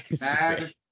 Mad